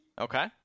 Okay